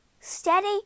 steady